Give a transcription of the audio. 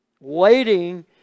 waiting